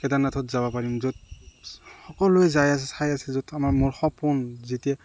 কেদাৰনাথত যাব পাৰিম য'ত সকলোৱে যাই আছে চাই আছে য'ত আমাৰ মোৰ সপোন যেতিয়া